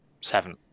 seven